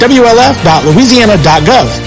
wlf.louisiana.gov